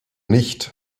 nicht